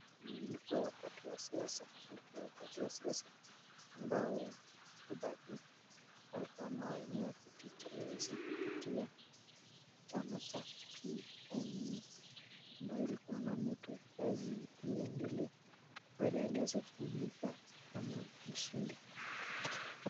Huu ulikuwa wakati wa siasa, ulikuwa wakati wa siasa ambao kibaki alikuwa anawania kiti cha uraisi kupitia chama cha PNU ambayo ilikuwa na motto kazi iendelee, baadae aliweza kuibuka kama mshindi.